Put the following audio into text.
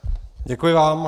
Děkuji vám.